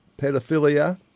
pedophilia